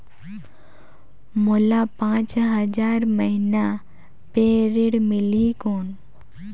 मोला पांच हजार महीना पे ऋण मिलही कौन?